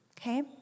Okay